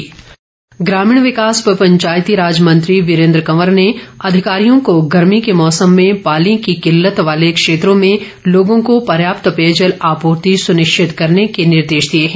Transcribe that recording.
वीरेंद्र कंवर ग्रामीण विकास व पंचायती राज मंत्री वीरेंद्र कंवर ने अधिकारियों को गर्मी के मौसम में पानी की किल्लत वाले क्षेत्रों में लोगों को पर्याप्त पेयजल आपूर्ति सुनिश्चित करने के निर्देश दिए है